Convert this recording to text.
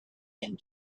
and